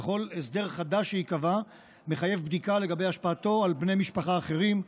וכל הסדר חדש שייקבע מחייב בדיקה לגבי השפעתו על בני משפחה אחרים,